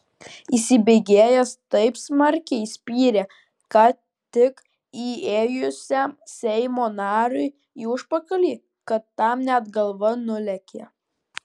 įsibėgėjęs taip smarkiai spyrė ką tik įėjusiam seimo nariui į užpakalį kad tam net galva nulėkė